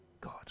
God